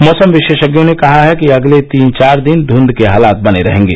मौसम विशेषज्ञों ने कहा है कि अगले तीन चार दिन ध्रंध के हालात बने रहेंगे